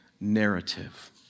narrative